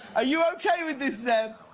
ah you okay with this, zeb?